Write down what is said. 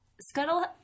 Scuttle